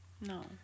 No